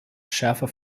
schärfer